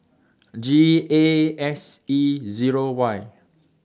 G A S E Zero Y